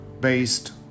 based